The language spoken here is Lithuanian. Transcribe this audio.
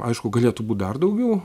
aišku galėtų būti dar daugiau